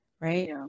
Right